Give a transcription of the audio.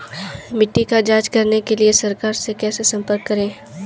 मिट्टी की जांच कराने के लिए सरकार से कैसे संपर्क करें?